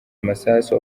amasasu